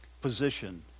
position